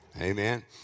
Amen